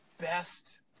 best